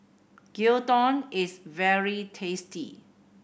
gyudon is very tasty